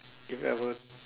if I were